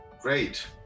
Great